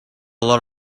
lot